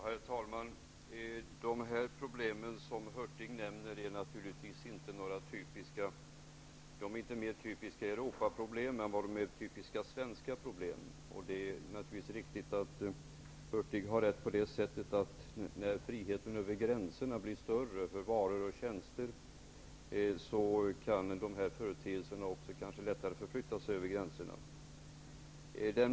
Herr talman! De problem som Bengt Hurtig nämner är inte mer typiska Europaproblem än de är typiska svenska problem. Naturligtvis har Bengt Hurtig rätt i att de här företeelserna kanske lättare kan förflytta sig över gränserna när friheten för varor och tjänster blir större över gränserna.